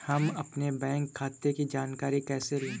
हम अपने बैंक खाते की जानकारी कैसे लें?